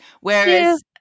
whereas